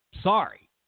Sorry